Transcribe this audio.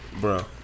bro